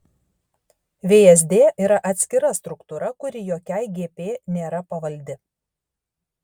vsd yra atskira struktūra kuri jokiai gp nėra pavaldi